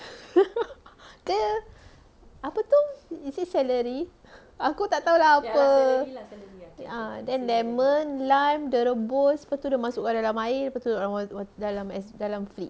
ke apa tu is it celery aku tak tahu lah apa then lemon lime dia rebus lepas tu dia masukkan dalam air lepas tu taruk dalam fridge